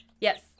Yes